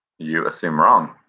you assume wrong.